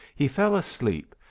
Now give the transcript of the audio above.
he fell asleep,